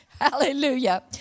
Hallelujah